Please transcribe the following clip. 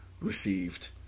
Received